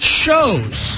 shows